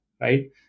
right